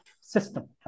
system